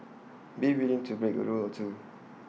be willing to break A rule or two